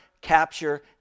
capture